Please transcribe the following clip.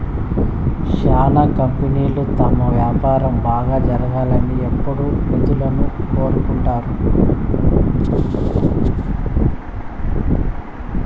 శ్యానా కంపెనీలు తమ వ్యాపారం బాగా జరగాలని ఎప్పుడూ నిధులను కోరుకుంటారు